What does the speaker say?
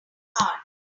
hard